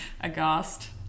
aghast